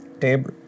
Table